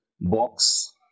box